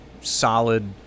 solid